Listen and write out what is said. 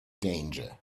danger